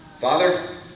Father